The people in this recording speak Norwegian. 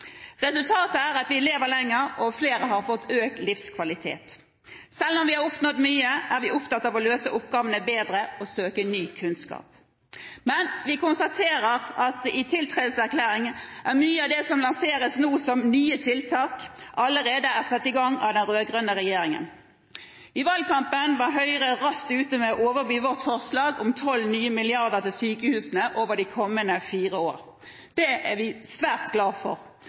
Resultatet er at vi lever lenger, og at flere har fått økt livskvalitet. Selv om vi har oppnådd mye, er vi opptatt av å løse oppgavene bedre og å søke ny kunnskap. Vi konstaterer at mye av det som lanseres i tiltredelseserklæringen som nye tiltak, allerede er satt i gang av den rød-grønne regjeringen. I valgkampen var Høyre raskt ute med å overby vårt forslag om tolv nye milliarder til sykehusene over de kommende fire årene. Det er vi svært glad for.